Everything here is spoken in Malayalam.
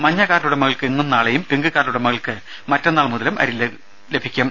മഞ്ഞ കാർഡുടമകൾക്ക് ഇന്നും നാളെയും പിങ്ക് കാർഡ് ഉടമകൾക്ക് മറ്റന്നാൾ മുതലും അരി നൽകും